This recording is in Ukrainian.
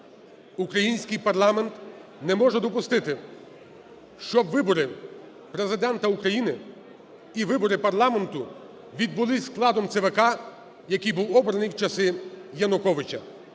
Український парламент не може допустити, щоб вибори Президента України і вибори парламенту відбулися складом ЦВК, який був обраний в часи Януковича.